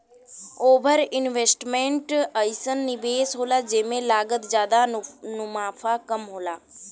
over investment अइसन निवेस होला जेमे लागत जादा मुनाफ़ा कम होला